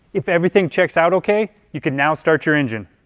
if everything checks out ok, you can now start your engine.